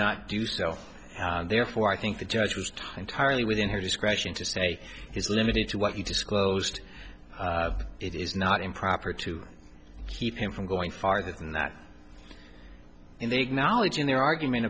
not do so therefore i think the judge was time tiredly within her discretion to say is limited to what you disclosed it is not improper to keep him from going farther than that in the acknowledging their argument